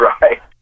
right